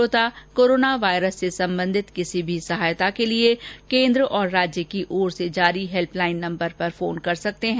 श्रोता corona virus से संबंधित किसी भी सहायता के लिए कोन्द्र और राज्य की ओर से जारी हेल्प लाइन नम्बर पर फोन कर सकते हैं